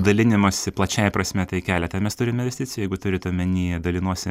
dalinimąsi plačiąja prasme tai keletą mes turim investicijų jeigu turit omeny dalinuosi